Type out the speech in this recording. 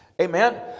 Amen